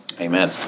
Amen